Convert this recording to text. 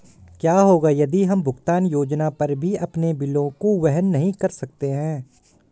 क्या होगा यदि हम भुगतान योजना पर भी अपने बिलों को वहन नहीं कर सकते हैं?